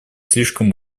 слишком